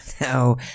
no